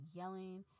yelling